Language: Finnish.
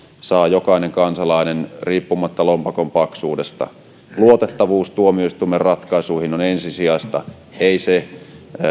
saa jokainen kansalainen riippumatta lompakon paksuudesta tuomioistuimen ratkaisujen luotettavuus on ensisijaista ei se